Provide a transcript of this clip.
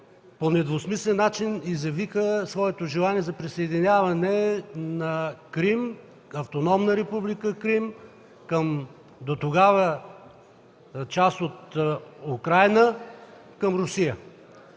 по недвусмислен начин заявиха своето желание за присъединяване на Крим – Автономна република Крим, дотогава част от Украйна, към Русия.